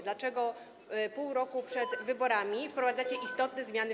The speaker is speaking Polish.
Dlaczego pół roku przed wyborami wprowadzacie istotne zmiany w